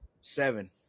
Seven